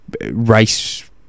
race